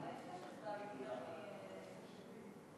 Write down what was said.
ההצעה להעביר את הנושא לוועדת הפנים והגנת הסביבה נתקבלה.